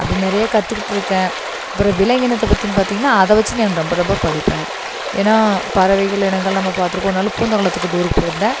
அப்படி நிறைய கத்துக்கிட்டிருக்கேன் அப்புறம் விலங்கினத்தை பற்றியும் பாத்திங்கன்னா அதை வச்சு நான் ரொம்ப ரொம்ப படிப்பேன் ஏன்னா பறவைகள் இனங்கள் நம்ம பார்த்துருக்கோம் ஒரு நாள் கூந்தக்குளத்துக்கு டூருக்கு போயிருந்தேன்